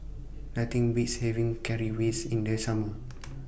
Nothing Beats having Currywurst in The Summer